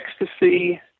Ecstasy